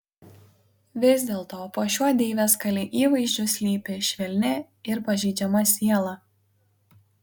vis dėlto po šiuo deivės kali įvaizdžiu slypi švelni ir pažeidžiama siela